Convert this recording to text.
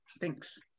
Thanks